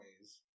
ways